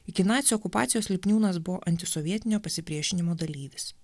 iki nacių okupacijos lipniūnas buvo antisovietinio pasipriešinimo dalyvis